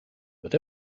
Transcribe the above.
but